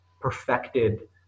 perfected